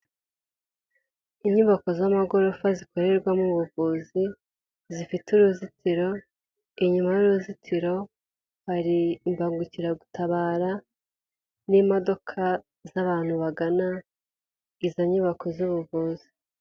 Inyubako z'amagorofa zikorerwa mu buvuzi zifite uruzitiro, inyuma y'uruzitiro hari imbangukiragutabara n'imodoka z'abantu bagana izo nyubako z'ubuvuzi.